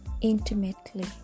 Intimately